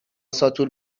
ساتور